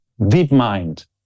DeepMind